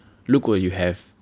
如果 you have